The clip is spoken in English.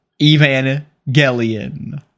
Evangelion